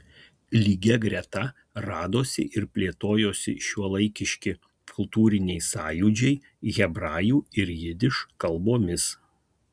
lygia greta radosi ir plėtojosi šiuolaikiški kultūriniai sąjūdžiai hebrajų ir jidiš kalbomis